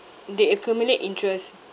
they accumulate interest